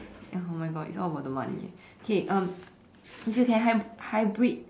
ya oh my God it's all about the money eh okay um if you can hy~ hybrid